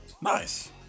Nice